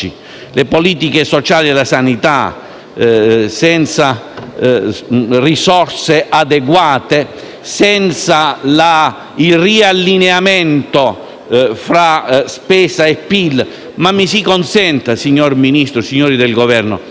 politiche sociali della sanità mancano risorse adeguate senza il riallineamento tra spesa e PIL e - mi si consenta, signor Ministro e signori del Governo